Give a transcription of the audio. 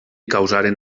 causaren